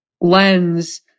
lens